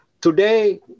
today